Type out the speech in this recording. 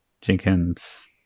Jenkins